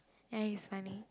ya he is funny